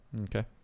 Okay